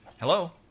Hello